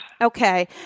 Okay